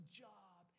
job